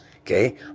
Okay